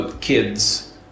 kids